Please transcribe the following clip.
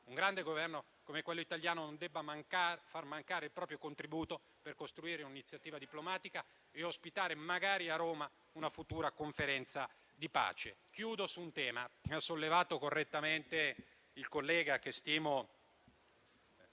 un grande Governo come quello italiano non debba far mancare il proprio contributo per costruire un'iniziativa diplomatica e ospitare magari a Roma una futura conferenza di pace. Chiudo su un tema che ha sollevato correttamente il collega che stimo,